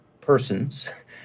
persons